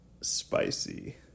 spicy